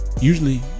Usually